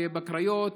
בקריות,